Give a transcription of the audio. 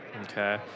okay